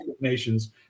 nations